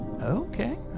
Okay